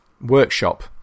workshop